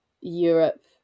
Europe